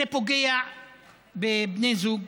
זה פוגע בבני זוג,